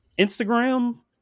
Instagram